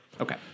Okay